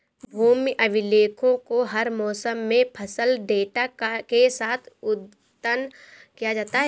भूमि अभिलेखों को हर मौसम में फसल डेटा के साथ अद्यतन किया जाता है